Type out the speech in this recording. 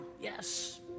yes